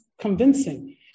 convincing